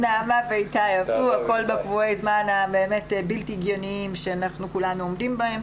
נעמה ואיתי עבדו והכל בקבועי זמן באמת בלתי הגיוניים שכולנו עומדים בהם.